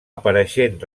apareixent